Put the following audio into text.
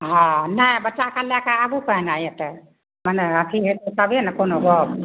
हँ नहि बच्चाके लै कऽ आबू पहिने एतऽ मने एथि होयते तबे ने कोनो गप